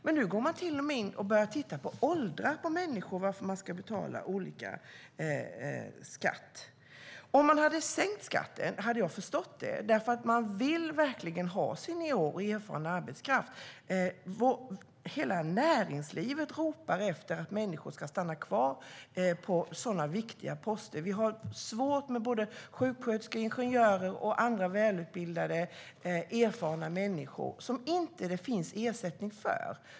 Men nu går man till och med in och börjar titta på människors ålder för varför de ska betala olika skatt. Om man hade sänkt skatten hade jag förstått det. Man vill verkligen ha seniorer och erfaren arbetskraft. Hela näringslivet ropar efter att människor ska stanna kvar på viktiga poster. Vi har svårt med sjuksköterskor, ingenjörer och andra välutbildade och erfarna människor som det inte finns någon ersättning för.